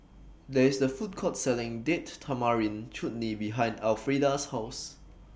There IS A Food Court Selling Date Tamarind Chutney behind Alfreda's House